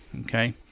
okay